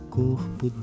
corpo